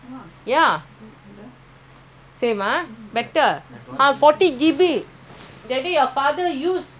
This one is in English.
because last time he go back malaysia he don't know go back malaysia data off now he in singapore data never off then from there he